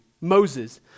Moses